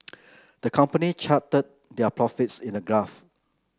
the company charted their profits in a graph